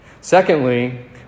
Secondly